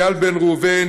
איל בן ראובן